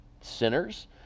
sinners